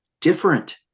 different